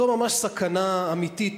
זו ממש סכנה אמיתית,